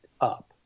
up